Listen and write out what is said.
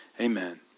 amen